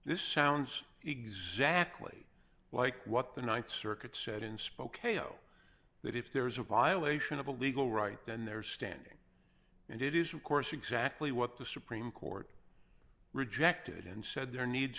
this sounds exactly like what the th circuit said in spokane show that if there's a violation of a legal right then they're standing and it is of course exactly what the supreme court rejected and said there needs